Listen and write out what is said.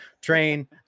Train